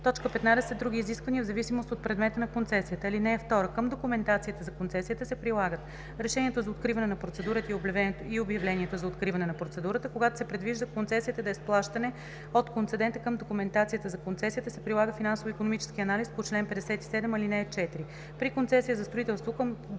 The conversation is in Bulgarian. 15. други изисквания, в зависимост от предмета на концесията. (2) Към документацията за концесията се прилагат решението за откриване на процедурата и обявлението за откриване на процедурата. Когато се предвижда концесията да е с плащане от концедента към документацията за концесията се прилага финансово-икономическият анализ по чл. 57, ал. 4. При концесия за строителство към документацията